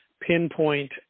pinpoint